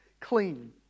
clean